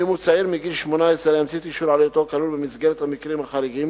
ואם הוא צעיר מגיל 18 ימציא אישור על היותו כלול במסגרת המקרים החריגים,